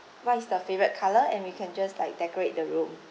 what is the favourite colour and we can just like decorate the room